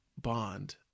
Bond